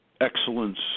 excellence